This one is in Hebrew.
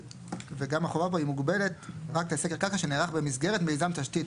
וגם החובה פה היא מוגבלת רק לסקר קרקע שנערך במסגרת מיזם תשתית.